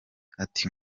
ati